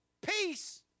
peace